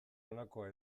honakoa